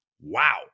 Wow